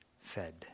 fed